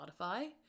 spotify